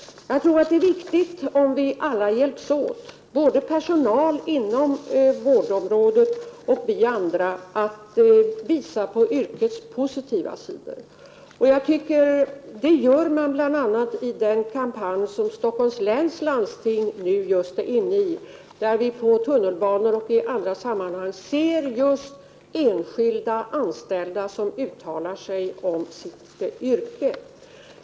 Jag tror att det är viktigt att vi alla hjälps åt, både personal inom vårdområdet och vi andra, att visa på yrkets positiva sidor. Det gör man bl.a. i den kampanj som Stockholms läns landsting just är inne i. På affischer i tunnelbanan och på andra platser ser vi just enskilda anställda som uttalar sig om sitt yrke.